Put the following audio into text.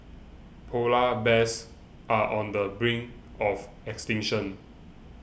Polar Bears are on the brink of extinction